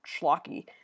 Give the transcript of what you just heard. schlocky